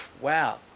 wow